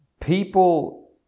people